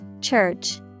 Church